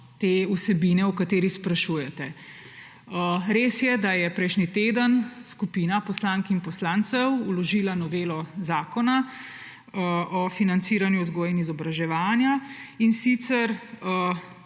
te vsebine, o kateri sprašujete. Res je, da je prejšnji teden skupina poslank in poslancev vložila novelo Zakona o financiranju vzgoje in izobraževanja, in sicer